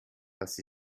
das